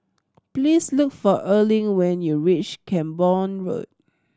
please look for Erling when you reach Camborne Road